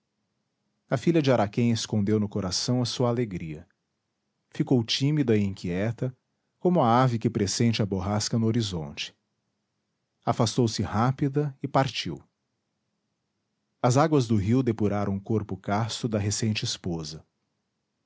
a filha de araquém escondeu no coração a sua alegria ficou tímida e inquieta como a ave que pressente a borrasca no horizonte afastou-se rápida e partiu as águas do rio depuraram o corpo casto da recente esposa